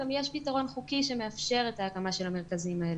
גם יש פתרון חוקי שמאפשר את ההקמה של המרכזים האלה.